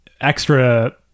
extra